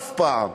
אף פעם.